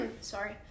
Sorry